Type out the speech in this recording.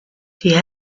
die